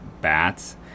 bats